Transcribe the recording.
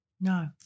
No